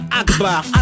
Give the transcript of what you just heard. Akbar